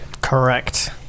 Correct